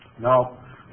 Now